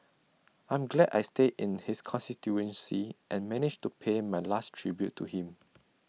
I'm glad I stay in his constituency and managed to pay my last tribute to him